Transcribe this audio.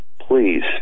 please